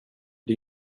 det